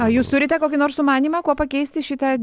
o jūs turite kokį nors sumanymą kuo pakeisti šitą